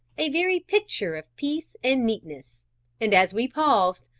a very picture of peace and neatness and as we paused,